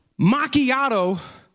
macchiato